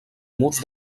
murs